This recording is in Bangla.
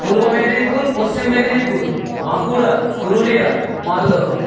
পূর্ব মেদিনীপুর পশ্চিম মেদিনীপুর বাঁকুড়া পুরুলিয়া মালদহ